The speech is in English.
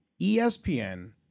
ESPN